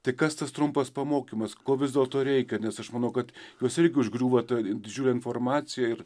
tai kas tas trumpas pamokymas ko vis dėlto reikia nes aš manau kad juos irgi užgriūva ta didžiulė informacija ir